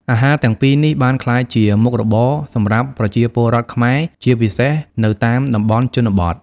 អាហារទាំងពីរនេះបានក្លាយជា មុខរបរ សម្រាប់ប្រជាពលរដ្ឋខ្មែរ ជាពិសេសនៅតាមតំបន់ជនបទ។